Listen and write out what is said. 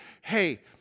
hey